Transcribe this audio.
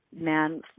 man